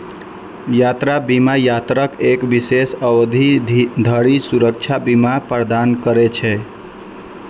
यात्रा बीमा यात्राक एक विशेष अवधि धरि सुरक्षा बीमा प्रदान करै छै